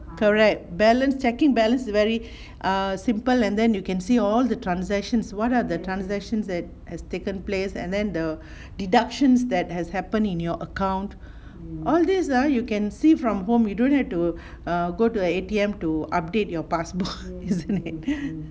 correct balance checking balance err very simple and then you can see all the transactions what are the transactions that has taken place and then the deductions that has happened in your account all these ah you can see from home you don't have to err go to the A_T_M to update your passport isn't it